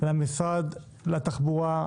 למשרד התחבורה,